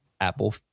Apple